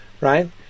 right